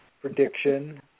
prediction